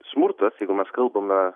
smurtas jeigu mes kalbame